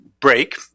break